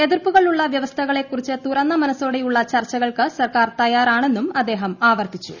എതിർപ്പുകളുള്ള വൃവസ്ഥകളെക്കുറിച്ച് തുറന്ന മനസ്സോടെയുള്ള ചർച്ചകൾക്ക് സർക്കാർ തയ്യാറാണെന്നും അദ്ദേഹം ആവർത്തിച്ചു